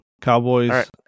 Cowboys